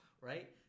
right